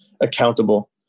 accountable